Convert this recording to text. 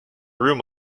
room